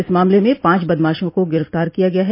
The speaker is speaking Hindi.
इस मामले में पांच बदमाशों को गिरफ्तार किया गया है